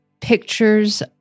pictures